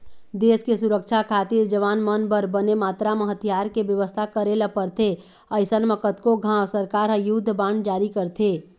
देस के सुरक्छा खातिर जवान मन बर बने मातरा म हथियार के बेवस्था करे ल परथे अइसन म कतको घांव सरकार ह युद्ध बांड जारी करथे